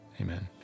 Amen